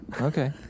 Okay